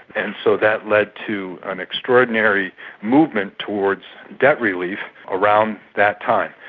and so that led to an extraordinary movement towards debt relief around that time.